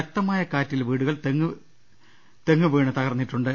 ശക്തമായ കാറ്റിൽ വീടുകൾ തെങ്ങ് വീണ് തകർന്നിട്ടുണ്ട്